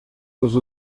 nos